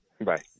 Bye